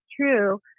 true